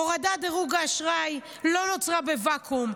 הורדת דירוג האשראי לא נוצרה בווקום.